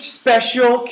special